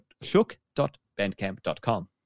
shook.bandcamp.com